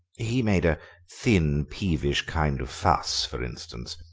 he made a thin, peevish kind of fuss, for instance,